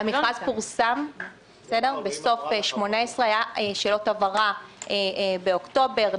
המכרז פורסם בסוף 2018. היו שאלות הבהרה באוקטובר,